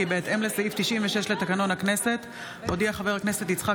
כי בהתאם לסעיף 96 לתקנון הכנסת הודיע חבר הכנסת יצחק